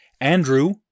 Andrew